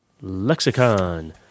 Lexicon